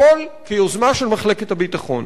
הכול כיוזמה של מחלקת הביטחון.